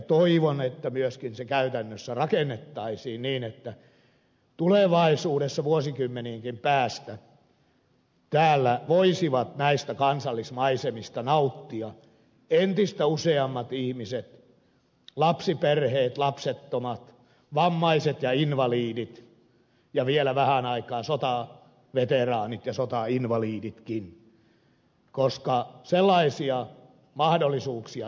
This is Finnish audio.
toivon että se käytännössä myöskin rakennettaisiin niin että tulevaisuudessa vuosikymmenienkin päästä täällä voisivat näistä kansallismaisemista nauttia entistä useammat ihmiset lapsiperheet lapsettomat vammaiset ja invalidit ja vielä vähän aikaa sotaveteraanit ja sotainvaliditkin koska sellaisia mahdollisuuksia tarvitaan